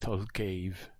thalcave